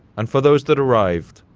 and for those that arrived,